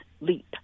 leap